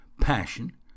passion